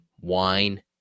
Wine